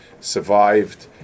survived